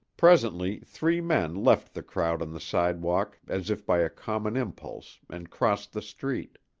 presently three men left the crowd on the sidewalk as if by a common impulse and crossed the street.